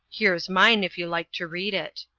here's mine, if you'd like to read it.